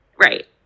right